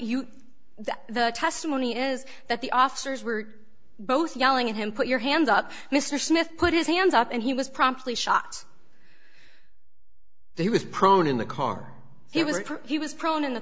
that the testimony is that the officers were both yelling at him put your hands up mr smith put his hands up and he was promptly shot he was prone in the car he was he was prone in the